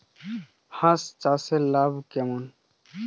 হাঁস চাষে লাভ কেমন?